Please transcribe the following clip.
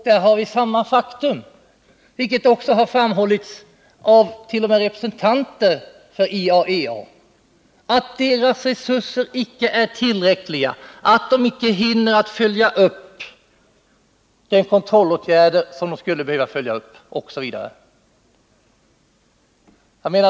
Där har vi samma faktum, vilket framhållits t.o.m. av representanter för IAEA: Deras resurser är icke tillräckliga, de hinner inte följa upp med de kontrollåtgärder som skulle behövas.